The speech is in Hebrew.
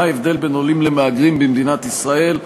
מה ההבדל בין עולים למהגרים במדינת ישראל?